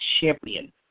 champion